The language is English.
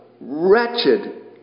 wretched